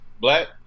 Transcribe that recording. Black